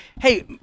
hey